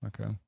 Okay